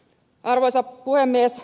arvoisa puhemies